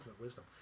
wisdom